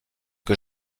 que